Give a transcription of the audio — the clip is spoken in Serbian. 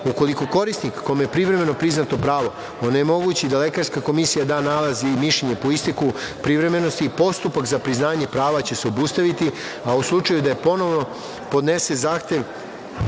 je korisnik kome je privremeno priznato pravo onemogući da lekarska komisija da nalaz i mišljenje po isteku privremenosti i postupak za priznavanje prava će se obustaviti, a slučaju da je ponovo podnese zahtev